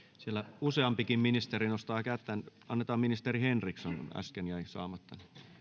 siellä useampikin ministeri nostaa kättään annetaan ministeri henrikssonille äsken jäi saamatta